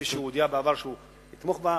כי הוא הודיע בעבר שהוא יתמוך בה,